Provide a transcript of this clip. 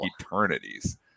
eternities